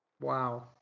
Wow